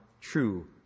true